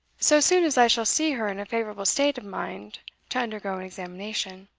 so soon as i shall see her in a favourable state of mind to undergo an examination.